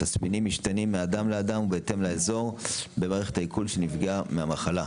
התסמינים משתנים מאדם לאדם בהתאם לאזור במערכת העיכול שנפגע מהמחלה,